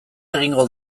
egingo